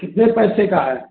कितने पैसे का है